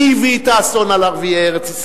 מי הביא את האסון על ערביי ארץ-ישראל,